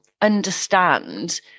understand